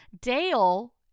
Dale